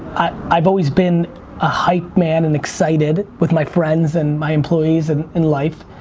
i've always been a hype man and excited with my friends and my employees and and life.